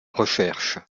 recherche